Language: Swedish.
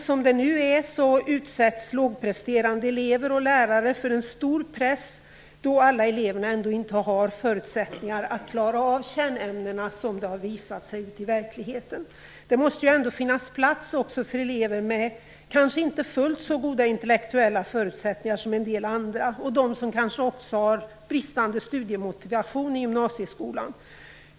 Som det nu är utsätts lågpresterande elever och lärare för en stor press, då alla elever ändå inte har förutsättningar att klara av kärnämnena, som det har visat sig ute i verkligheten. Det måste ändå finnas plats också för elever med kanske inte fullt så goda intellektuella förutsättningar som en del andra och för dem som har bristande studiemotivation i gymnasieskolan.